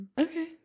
Okay